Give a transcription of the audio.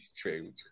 true